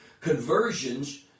Conversions